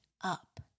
up